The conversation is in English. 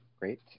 Great